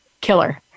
Killer